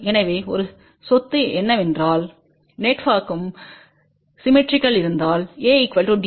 எனவே ஒரு சொத்து என்னவென்றால் நெட்ஒர்க்ம் சிம்மெட்ரிக்கல்ராக இருந்தால் A D